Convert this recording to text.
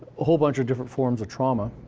a whole bunch of different forms of trauma,